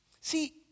See